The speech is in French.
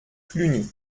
cluny